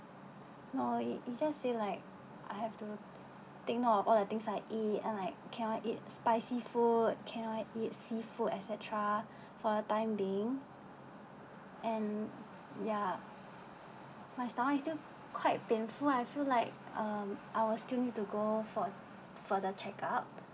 no he he just say like I have to think note of all the things and like cannot eat spicy food cannot eat seafood et cetera for the time being and ya my stomach is still quite painful I feel like uh I'll still need to go for for the check-up